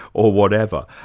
or whatever,